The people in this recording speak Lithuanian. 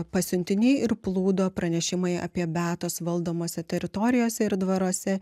pasiuntiniai ir plūdo pranešimai apie beatos valdomose teritorijose ir dvaruose